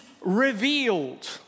revealed